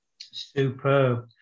Superb